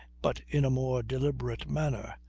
but in a more deliberate manner.